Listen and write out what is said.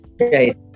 Right